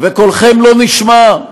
וקולכם לא נשמע,